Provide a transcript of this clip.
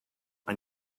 and